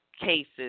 cases